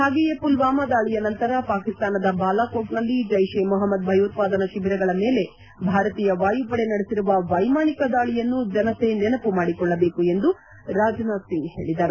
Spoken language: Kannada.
ಹಾಗೆಯೇ ಮಲ್ವಾಮ ದಾಳಿಯ ನಂತರ ಪಾಕಿಸ್ತಾನದ ಬಾಲಾಕೋಟ್ನಲ್ಲಿ ಜೈಷ್ ಎ ಮೊಪಮ್ಮದ್ ಭಯೋತ್ಪಾದನಾ ಶಿಬಿರಗಳ ಮೇಲೆ ಭಾರತೀಯ ವಾಯುಪಡೆ ನಡೆಸಿರುವ ವೈಮಾನಿಕ ದಾಳಿಯನ್ನು ಜನತೆ ನೆನಮ ಮಾಡಿಕೊಳ್ಳಬೇಕು ಎಂದು ರಾಜನಾಥ್ ಸಿಂಗ್ ಹೇಳಿದರು